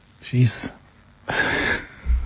Jeez